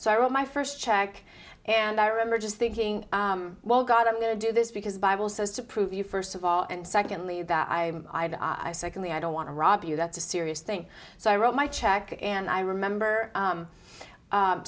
so i wrote my first check and i remember just thinking well god i'm going to do this because the bible says to prove you first of all and secondly that i'm i second the i don't want to rob you that's a serious thing so i wrote my check and i remember